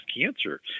cancer